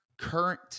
current